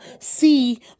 See